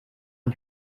ein